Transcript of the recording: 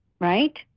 right